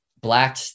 black